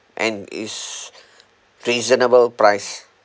and it's reasonable price